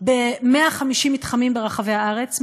ב-150 מתחמים ברחבי הארץ,